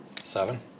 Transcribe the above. Seven